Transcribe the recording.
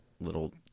little